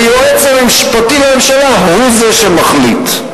והיועץ המשפטי לממשלה הוא זה שמחליט.